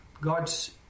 God's